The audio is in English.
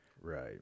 right